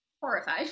horrified